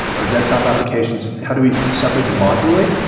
but our desktop applications. how do we separate them modularly?